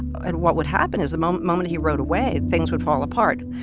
and what would happen is the moment moment he rode away, and things would fall apart.